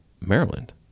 Maryland